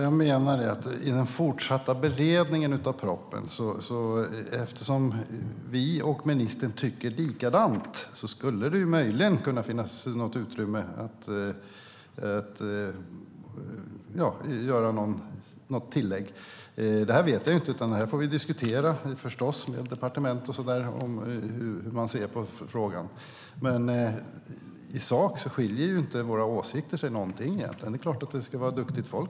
Herr talman! Jag menar att eftersom vi och ministern tycker likadant skulle det i den fortsatta beredningen av propositionen kunna finnas ett utrymme för att göra något tillägg. Men det vet jag inte, utan det får vi diskutera med departementet, hur man ser på frågan. I sak skiljer sig inte våra åsikter något alls egentligen. Det är klart att det ska finnas duktigt folk.